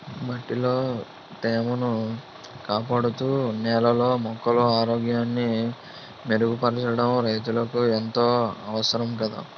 మట్టిలో తేమను కాపాడుతూ, నేలలో మొక్కల ఆరోగ్యాన్ని మెరుగుపరచడం రైతులకు ఎంతో అవసరం కదా